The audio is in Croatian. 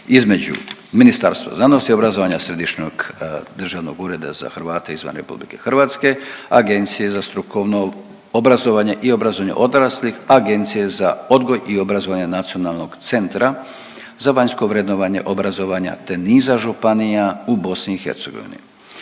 između Ministarstva znanosti i obrazovanja, Središnjeg državnog ureda za Hrvate izvan RH, Agencije za strukovno obrazovanje i obrazovanje odraslih, Agencije za odgoj i obrazovanje Nacionalnog centra za vanjsko vrednovanje obrazovanja te niza županija u BiH.